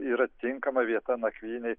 yra tinkama vieta nakvynei